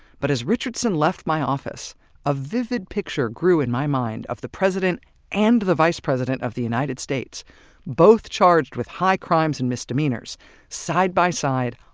but as richardson left my office, a vivid picture grew in my mind of the president and vice president of the united states both charged with high crimes and misdemeanors side by side,